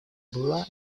была